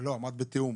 אמרת בתיאום,